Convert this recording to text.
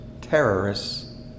terrorists